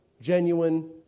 genuine